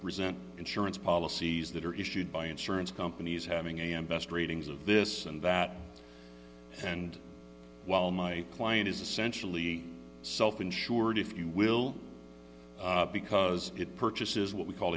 present insurance policies that are issued by insurance companies having am best ratings of this and that and while my client is essentially self insured if you will because it purchases what we call